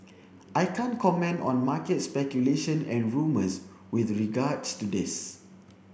I can't comment on market speculation and rumours with regards to this